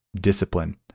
discipline